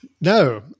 no